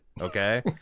okay